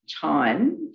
time